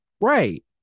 right